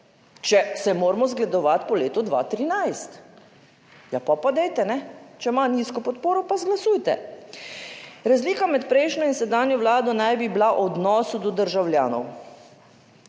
če se moramo zgledovati po letu 2013, ja pol pa dajte ne, če ima nizko podporo pa izglasujte. Razlika med prejšnjo in sedanjo vlado naj bi bila v odnosu do državljanov